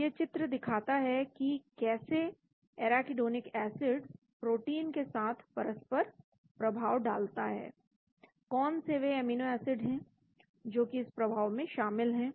तो यह चित्र दिखाता है कि कैसे एराकीडोनिक एसिड प्रोटीन के साथ परस्पर प्रभाव डालता है कौन से वे अमीनो एसिड हैं जो कि इस प्रभाव में शामिल हैं